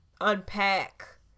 Unpack